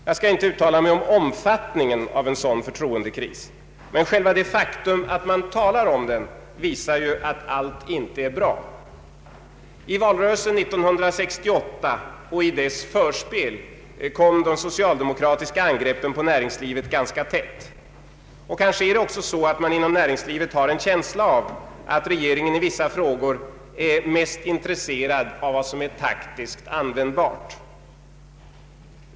Jag skall inte uttala mig beträffande omfattningen av en sådan förtroendekris, men själva det faktum att man talar om den visar ju att allt inte är bra. I valrörelsen 1968 och i dess förspel kom de socialdemokratiska angreppen på näringslivet ganska tätt. Kanske är det också så att man inom näringslivet har en känsla av att regeringen i vissa frågor är mest intresserad av vad som är taktiskt användbart.